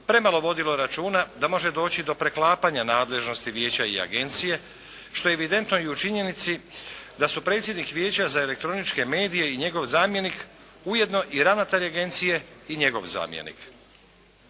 premalo vodilo računa da može doći do preklapanja nadležnosti Vijeća i Agencije što je evidentno i u činjenici da su predsjednik Vijeća za elektroničke medije i njegov zamjenik ujedno i ravnatelj Agencije i njegov zamjenik.